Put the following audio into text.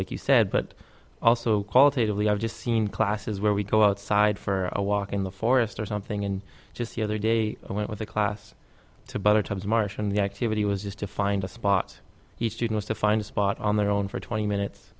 like you said but also qualitatively i've just seen classes where we go outside for a walk in the forest or something and just the other day i went with the class to better times marsh and the activity was just to find a spot each student to find a spot on their own for twenty minutes